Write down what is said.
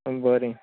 बोरें